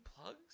plugs